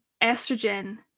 estrogen